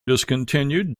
discontinued